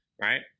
Right